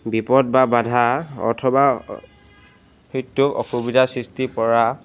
বিপদ বা বাধা অথবা অসুবিধাৰ সৃষ্টি কৰা